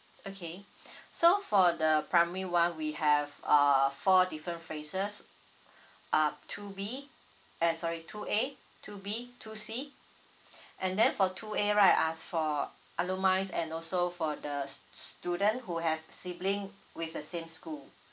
okay so for the primary one we have uh four different phrases uh two B eh sorry two A two B two C and then for two A right ah for alumnis and also for the student who have sibling with the same school